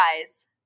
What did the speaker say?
guys